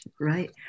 right